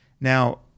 Now